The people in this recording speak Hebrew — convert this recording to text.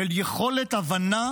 של יכולת הבנה